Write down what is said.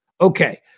Okay